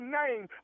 name